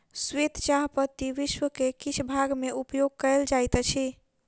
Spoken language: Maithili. श्वेत चाह पत्ती विश्व के किछ भाग में उपयोग कयल जाइत अछि